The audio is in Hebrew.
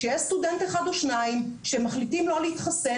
שיש סטודנט אחד או שניים שמחליטים לא להתחסן